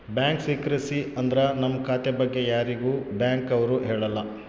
bank secrecy ಅಂದ್ರ ನಮ್ ಖಾತೆ ಬಗ್ಗೆ ಯಾರಿಗೂ ಬ್ಯಾಂಕ್ ಅವ್ರು ಹೇಳಲ್ಲ